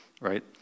right